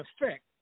effect